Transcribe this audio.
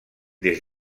des